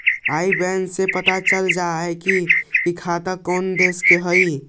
आई बैन से पता चल जा हई कि खाता कउन देश के हई